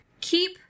keep